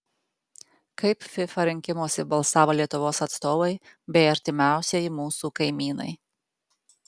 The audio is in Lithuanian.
kaip fifa rinkimuose balsavo lietuvos atstovai bei artimiausieji mūsų kaimynai